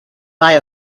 buy